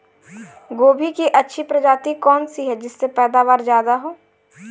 गोभी की अच्छी प्रजाति कौन सी है जिससे पैदावार ज्यादा हो?